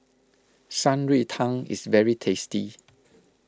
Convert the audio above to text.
Shan Rui Tang is very tasty